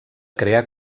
crear